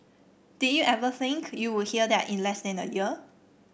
did you ever think you would hear that in less than a year